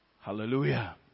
Hallelujah